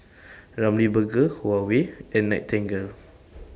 Ramly Burger Huawei and Nightingale